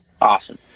Awesome